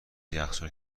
یخچال